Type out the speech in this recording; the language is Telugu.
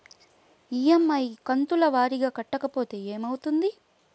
ఇ.ఎమ్.ఐ కంతుల వారీగా కట్టకపోతే ఏమవుతుంది?